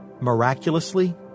Miraculously